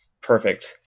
Perfect